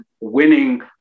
winning